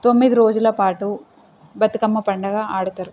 తొమ్మిది రోజులపాటు బతుకమ్మ పండగ ఆడతారు